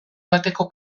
bateko